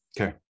Okay